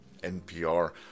NPR